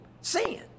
Sin